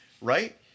right